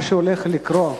מה שהולך לקרות,